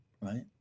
Right